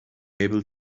able